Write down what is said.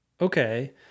okay